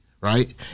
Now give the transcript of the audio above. Right